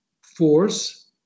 force